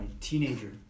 teenager